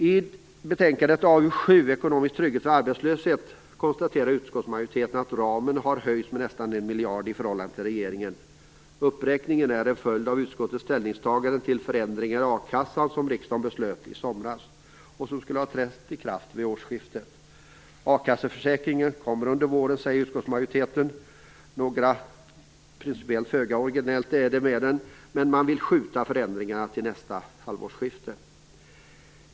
I betänkande AU7 Ekonomisk trygghet vid arbetslöshet konstaterar utskottsmajoriteten att ramen höjts med nästan 1 miljard kronor i förhållande till regeringens förslag. Uppräkningen är en följd av utskottets ställningstagande till förändringar i a-kassan som riksdagen beslöt i somras och som skulle ha trätt i kraft vid årsskiftet. A-kasseförsäkringen kommer under våren, säger utskottsmajoriteten. Några föga originella principer är med, men man vill skjuta förändringarna till nästa halvårsskifte.